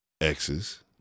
exes